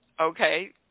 okay